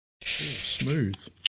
Smooth